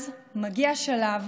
אז מגיע שלב